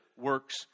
works